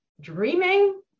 dreaming